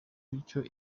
bityo